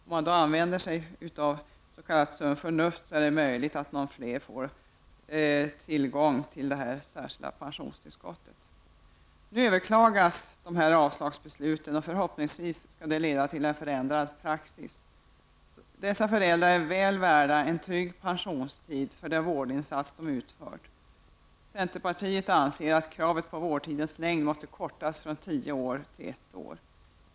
Om man använder sitt sunda förnuft är det möjligt att fler får tillgång till det särskilda pensionstillskottet. Nu överklagas dessa avslagsbeslut. Förhoppningsvis leder det till en ändrad praxis. Dessa föräldrar är väl värda en trygg pensionstid med tanke på deras vårdinsats. Vi i centerpartiet anser att vårdtidens längd måste minskas från tio år till ett år.